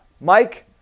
mike